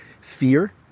fear